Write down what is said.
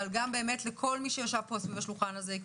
אבל גם באמת לכל מי שישב פה סביב השולחן הזה,